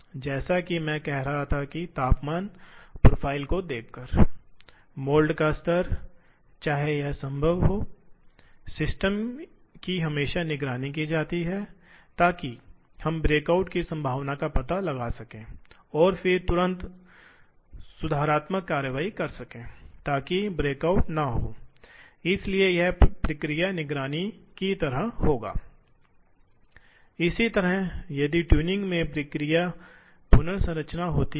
scrap दर कम हो जाती है क्योंकि आपके पास होना चाहिए यह माना जाता है कि भाग कार्यक्रमों को सावधानीपूर्वक वैज्ञानिक उपयोग करके लिखा जाता है आप अनुकूलन विधियों को जानते हैं इसलिए सामग्री के दिए गए टुकड़े से क्योंकि आप नहीं जा रहे हैं आपके पास बहुत अधिक सटीक संचालन है इसलिए आपके पास इष्टतम सामग्री का उपयोग हो सकता है इसलिए स्क्रैप दर कम हो जाएगी जनशक्ति कम हो जाती है क्योंकि इन मशीनों में अधिकांश काम स्वचालित रूप से किया जा सकता है